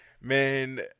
man